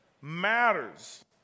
matters